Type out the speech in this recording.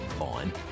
on